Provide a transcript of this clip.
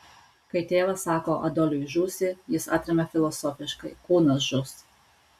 kai tėvas sako adoliui žūsi jis atremia filosofiškai kūnas žus